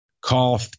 call